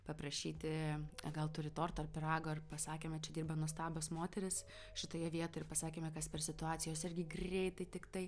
paprašyti gal turi torto ar pyrago ir pasakėme čia dirba nuostabios moterys šitoje vietoj pasakėme kas per situacija jos irgi greitai tiktai